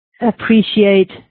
appreciate